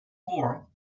for